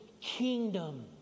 kingdom